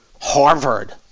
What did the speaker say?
Harvard